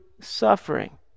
suffering